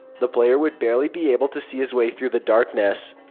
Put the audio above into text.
the player would barely be able to see his way through the darkness.